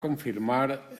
confirmar